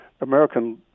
American